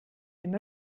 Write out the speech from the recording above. dem